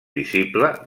visible